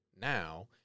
now